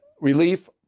relief